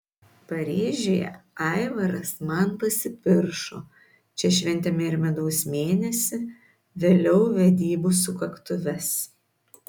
paryžiuje aivaras man pasipiršo čia šventėme ir medaus mėnesį vėliau vedybų sukaktuves